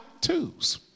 twos